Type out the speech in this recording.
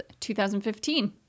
2015